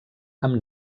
amb